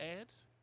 ads